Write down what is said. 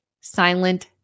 Silent